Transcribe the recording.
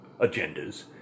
agendas